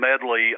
medley